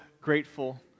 grateful